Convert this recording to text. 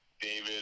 David